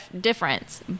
difference